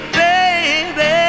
baby